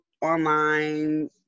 online